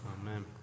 Amen